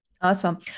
Awesome